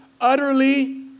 utterly